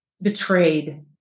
betrayed